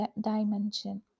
dimension